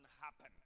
happen